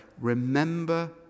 remember